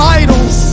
idols